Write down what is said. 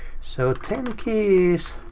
so, ten keys.